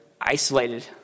isolated